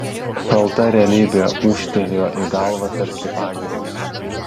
šalta realybė ūžtelėjo į galvą tarsi pagirios